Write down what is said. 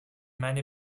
meine